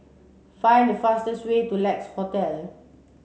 find the fastest way to Lex Hotel